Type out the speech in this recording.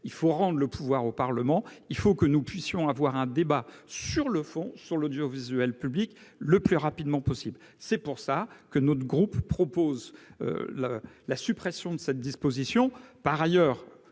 Il faut rendre le pouvoir au Parlement, et il faut que nous ayons un débat de fond sur l'audiovisuel public le plus rapidement possible. C'est pour cette raison que notre groupe propose la suppression d'une telle disposition.